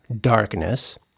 darkness